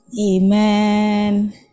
Amen